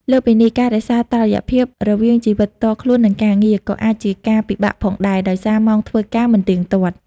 លើសពីនេះ ការរក្សាតុល្យភាពរវាងជីវិតផ្ទាល់ខ្លួន និងការងារ ក៏អាចជាការពិបាកផងដែរ ដោយសារម៉ោងធ្វើការមិនទៀងទាត់។